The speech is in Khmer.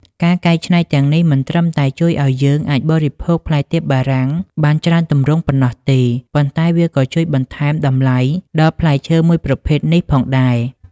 ការកែច្នៃទាំងនេះមិនត្រឹមតែជួយឱ្យយើងអាចបរិភោគផ្លែទៀបបារាំងបានច្រើនទម្រង់ប៉ុណ្ណោះទេ ប៉ុន្តែវាក៏ជួយបន្ថែមតម្លៃដល់ផ្លែឈើមួយប្រភេទនេះផងដែរ។